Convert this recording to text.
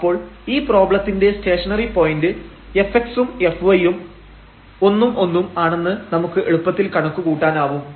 അപ്പോൾ ഈ പ്രോബ്ലത്തിന്റെ സ്റ്റേഷനറി പോയന്റ് fx ഉം fy ഉം 1 ഉം 1 ഉം ആണെന്ന് നമുക്ക് എളുപ്പത്തിൽ കണക്കുകൂട്ടാനാവും